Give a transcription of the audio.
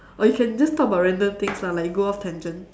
or you can just talk about random things lah like go off tangent